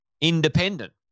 independent